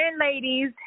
ladies